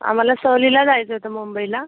आम्हाला सहलीला जायचं होतं मुंबईला